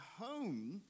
home